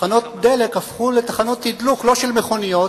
תחנות דלק הפכו לתחנות תדלוק לא של מכוניות,